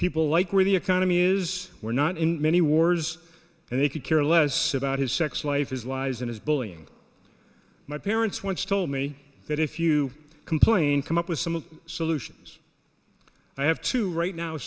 people like where the economy is we're not in many wars and they could care less about his sex life his lies and his bullying my parents once told me that if you complain come up with some solutions i have to right now